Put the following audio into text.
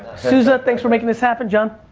susan, thanks for making this happen. john.